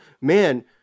man